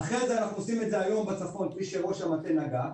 אנחנו עושים את זה היום בצפון כפי שראש המטה נגע,